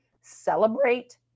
celebrate